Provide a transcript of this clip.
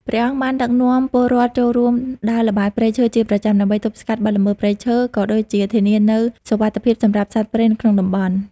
ព្រះអង្គបានដឹកនាំពលរដ្ឋចូលរួមដើរល្បាតព្រៃឈើជាប្រចាំ ដើម្បីទប់ស្កាត់បទល្មើសព្រៃឈើ ក៏ដូចជាធានានូវសុវត្ថិភាពសម្រាប់សត្វព្រៃនៅក្នុងតំបន់។